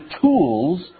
tools